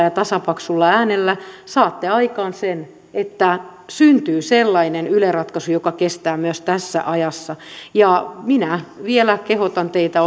ja tasapaksulla äänellä saatte aikaan sen että syntyy sellainen yle ratkaisu joka kestää myös tässä ajassa minä vielä kehotan teitä